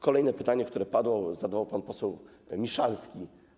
Kolejne pytanie, które padło, zadał pan poseł Miszalski.